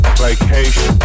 vacation